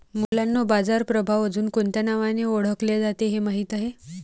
मुलांनो बाजार प्रभाव अजुन कोणत्या नावाने ओढकले जाते हे माहित आहे?